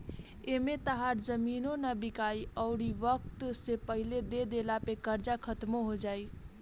एमें तहार जमीनो ना बिकाइ अउरी वक्त से पइसा दे दिला पे कर्जा खात्मो हो जाई